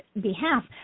behalf